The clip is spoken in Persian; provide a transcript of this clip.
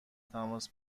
تماس